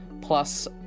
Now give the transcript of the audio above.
plus